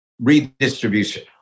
Redistribution